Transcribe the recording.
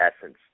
essence